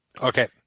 Okay